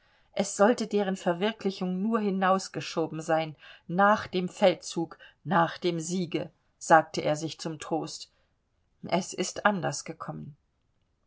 es sollte deren verwirklichung nur hinausgeschoben sein nach dem feldzug nach dem siege sagte er sich zum trost es ist anders gekommen